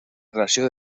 relació